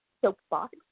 soapbox